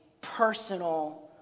personal